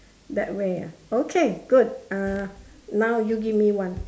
that way ah okay good uh now you give me one